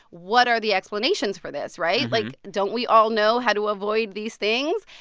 what are the explanations for this, right? like, don't we all know how to avoid these things?